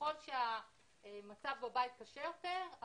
ככל שהמצב בבית קשה יותר,